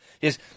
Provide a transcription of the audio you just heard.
Yes